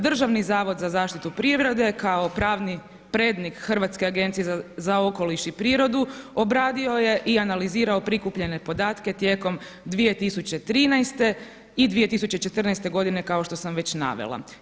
Državni zavod za zaštitu prirode kao pravni prednik Hrvatske agencije za okoliš i prirodu obradio je i analizirao prikupljene podatke tijekom 2013. i 2014. godine kao što sam već navela.